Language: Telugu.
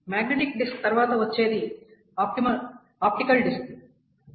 మాగ్నెటిక్ డిస్క్ తరువాత వచ్చేది ఆప్టికల్ డిస్కులు